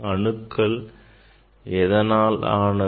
அணுக்கள் எதனால் ஆனது